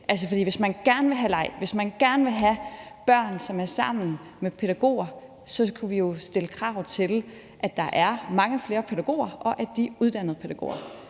hvis man gerne vil have børn, som er sammen med pædagoger, så kunne vi jo stille krav til, at der er mange flere pædagoger, og at de er uddannede som pædagoger.